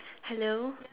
hello